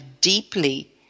deeply